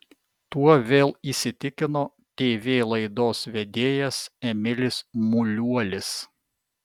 tuo vėl įsitikino tv laidos vedėjas emilis muliuolis